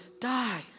die